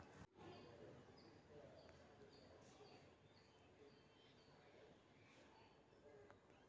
PMAY ಯೋಜನೆ ಒಳಗ ಸರ್ಕಾರಿ ಜಮೀನಲ್ಲಿ ಮನೆ ಇಲ್ದೆ ಇರೋರಿಗೆ ಮನೆ ಕಟ್ಟಕ್ ಜಾಗ ಕೊಡ್ತಾರ